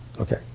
okay